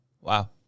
Wow